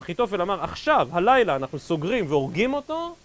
אחיתופל אמר, עכשיו, הלילה, אנחנו סוגרים והורגים אותו..